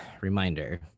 reminder